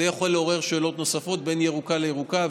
זה יכול לעורר שאלות נוספות בין ירוקה לירוקה,